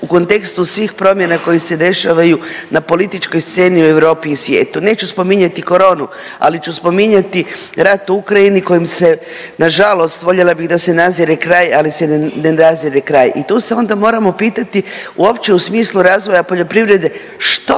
u kontekstu svih primjena koje se dešavaju na političkoj sceni u Europi i svijetu. Neću spominjati koronu, ali ću spominjati rat u Ukrajini kojem se nažalost, voljela bih da se nadzire kraj, ali se ne nadzire kraj i tu se onda moramo pitati uopće u smislu razvoja poljoprivrede što